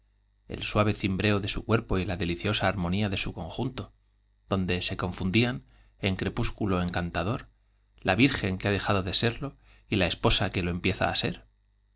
el suave de su cuerpo y la deliciosa armonía de su conjunto la donde se confundían en crepúsculo encantador lo virgen que ha dejado de serlo y la esposa que empieza á ser